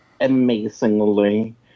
amazingly